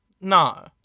no